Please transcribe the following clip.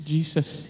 Jesus